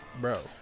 bro